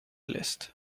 list